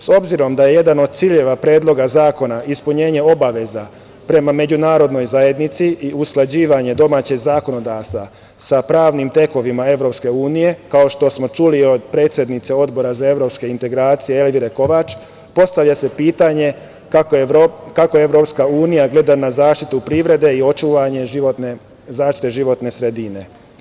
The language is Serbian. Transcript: S obzirom da je jedan od ciljeva Predloga zakona ispunjenje obaveze prema međunarodnoj zajednici i usklađivanje domaćeg zakonodavstva sa pravnim tekovinama EU, kao što smo čuli od predsednice Odbora za evropske integracije, Elvire Kovač, postavlja se pitanje kako EU gleda na zaštitu privrede i očuvanje zaštite životne sredine.